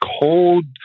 Cold